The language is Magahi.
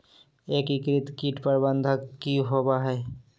एकीकृत कीट प्रबंधन की होवय हैय?